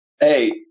Hey